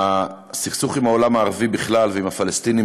הסכסוך עם העולם הערבי בכלל ועם הפלסטינים